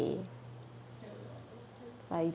ya it will be on a work day